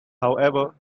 however